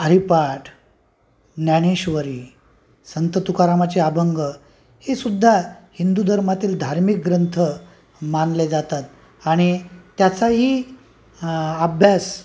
हरीपाठ ज्ञानेश्वरी संत तुकारामाचे अभंग हे सुद्धा हिंदू धर्मातील धार्मिक ग्रंथ मानले जातात आणि त्याचाही अभ्यास